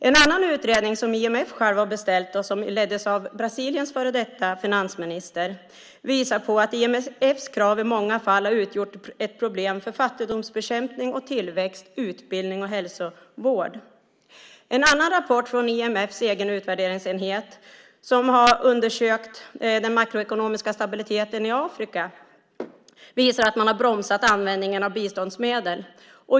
En annan utredning, som IMF själv har beställt, och som leddes av Brasiliens före detta finansminister, visar på att IMF:s krav i många fall har utgjort ett problem för fattigdomsbekämpning och tillväxt, utbildning och hälsovård. Ännu en rapport, från IMF:s egen utvärderingsenhet som har undersökt den makroekonomiska stabiliteten i Afrika, visar att man har bromsat användningen av biståndsmedel.